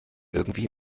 irgendwie